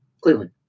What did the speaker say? Cleveland